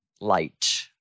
light